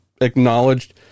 acknowledged